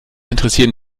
interessieren